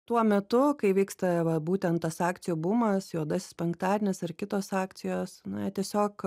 tuo metu kai vyksta va būtent tas akcijų bumas juodasis penktadienis ar kitos akcijos na jie tiesiog